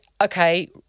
okay